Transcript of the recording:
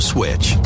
Switch